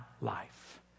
life